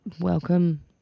welcome